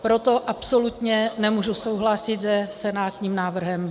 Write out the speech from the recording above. Proto absolutně nemůžu souhlasit se senátním návrhem.